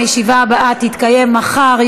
הישיבה הבאה תתקיים מחר,